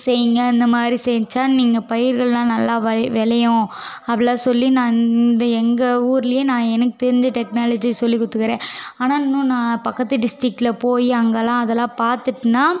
செய்யுங்க இந்தமாதிரி செஞ்சால் நீங்கள் பயிர்கள்லாம் நல்லா விளையும் அப்படிலாம் சொல்லி நான் இந்த எங்கள் ஊர்லேயே நான் எனக்கு தெரிஞ்ச டெக்னாலஜியை சொல்லி கொடுத்துக்கிறேன் ஆனால் இன்னும் நான் பக்கத்து டிஸ்ட்ரிக்கில் போய் அங்கேலாம் அதல்லாம் பாத்துட்டேனா